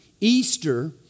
Easter